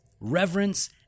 Reverence